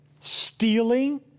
stealing